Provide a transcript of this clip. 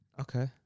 okay